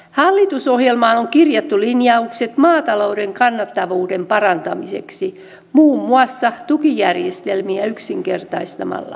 hallitusohjelmaan on kirjattu linjaukset maatalouden kannattavuuden parantamiseksi muun muassa tukijärjestelmiä yksinkertaistamalla